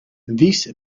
this